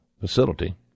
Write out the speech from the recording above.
facility